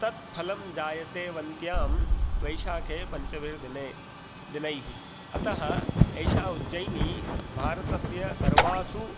तत् फलं जायते वन्त्यां वैशाखे पञ्चभिर्दिने दिनैः अतः एषा उज्जयिनी भारतस्य सर्वासु